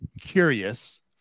curious